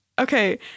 okay